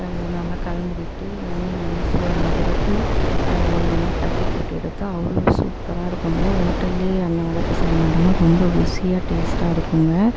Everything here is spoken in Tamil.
நல்லா கலந்து விட்டு எண்ணெயை நல்லா சூடான பிறகு ஒன்று ஒன்றா தட்டிப் போட்டு எடுத்தால் அவ்வளோ சூப்பராக இருக்கும்ங்க ஹோட்டல்லையே அந்த அளவுக்கு செய்ய மாட்டாங்க ரொம்ப ருசியா டேஸ்ட்டாக இருக்கும்ங்க